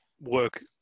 work